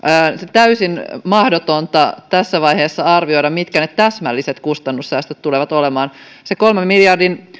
täysin mahdotonta tässä vaiheessa arvioida mitkä ne täsmälliset kustannussäästöt tulevat olemaan se kolmen miljardin